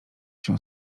się